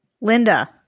Linda